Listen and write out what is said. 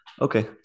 Okay